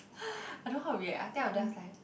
I don't know how to react I think I'll just like